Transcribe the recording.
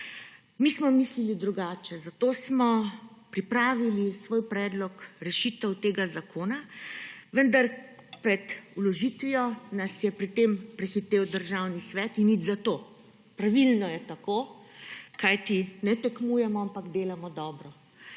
Mi smo mislili drugače, zato smo pripravili svoj predlog rešitev tega zakona, vendar nas je pred vložitvijo pri tem prehitel Državni svet – in nič zato, pravilno je tako, kajti ne tekmujemo, ampak delamo dobro.